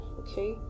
okay